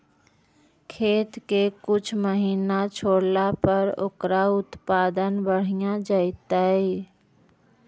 खेत के कुछ महिना छोड़ला पर ओकर उत्पादन बढ़िया जैतइ?